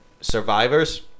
survivors